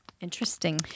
Interesting